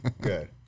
Good